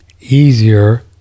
easier